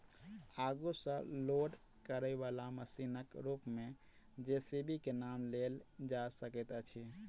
आगू सॅ लोड करयबाला मशीनक रूप मे जे.सी.बी के नाम लेल जा सकैत अछि